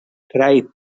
craig